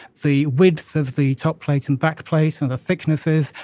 the width of the top plates and back plates and the thicknesses,